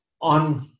On